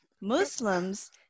Muslims